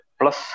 plus